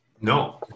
No